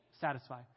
satisfy